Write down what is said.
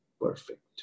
perfect